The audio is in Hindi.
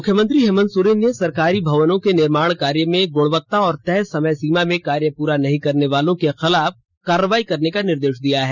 मुख्यमंत्री हेमन्त सोरेन ने सरकारी भवनों के निर्माण कार्य में गुणवत्ता और तय समय सीमा मे कार्य प्रा नहीं करने वालों के खिलाफ कार्रवाई करने का निर्देश दिया है